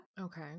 Okay